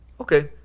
Okay